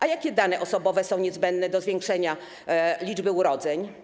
A jakie dane osobowe są niezbędne do zwiększenia liczby urodzeń?